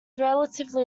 relatively